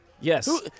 Yes